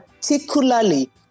particularly